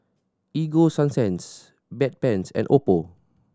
Ego Sunsense Bedpans and Oppo